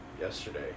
yesterday